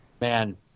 man